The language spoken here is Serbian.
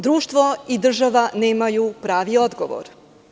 Društvo i država nemaju pravi odgovor.